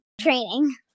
training